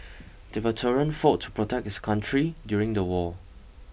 the veteran fought to protect his country during the war